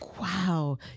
Wow